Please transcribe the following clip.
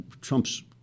Trump's